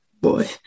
boy